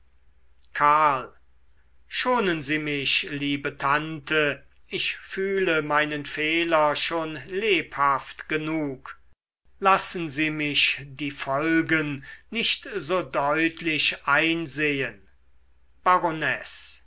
karl schonen sie mich liebe tante ich fühle meinen fehler schon lebhaft genug lassen sie mich die folgen nicht so deutlich einsehen